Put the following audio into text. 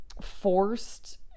forced